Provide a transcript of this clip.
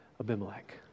Abimelech